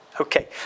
Okay